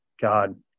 God